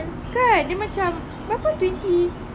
kan dia macam berapa twenty